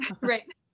right